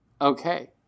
Okay